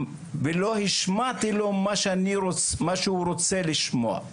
לא השמעתי לו מה שהוא רוצה לשמוע.